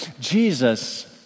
Jesus